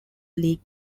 league